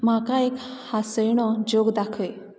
म्हाका एक हांसयणो ज्योक दाखय